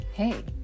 hey